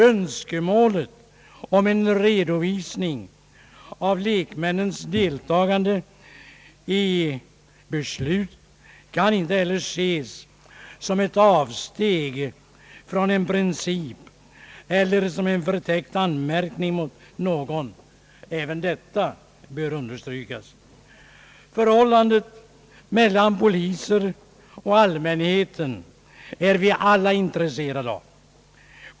önskemålet om en redovisning av lekmännens deltagande i beslut kan inte heller ses som ett avsteg från en princip eller som en förtäckt anmärkning mot någon. Även detta bör understrykas. Förhållandet mellan polisen och allmänheten är vi alla intresserade av.